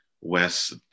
West